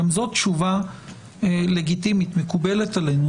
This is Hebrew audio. גם זאת תשובה לגיטימית, מקובלת עלינו.